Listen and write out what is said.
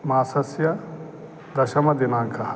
मासस्य दशमदिनाङ्कः